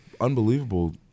Unbelievable